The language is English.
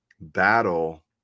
battle